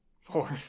Four